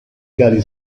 cali